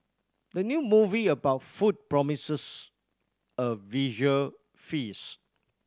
the new movie about food promises a visual feast